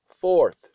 Fourth